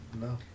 No